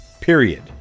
Period